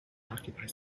occupies